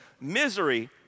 Misery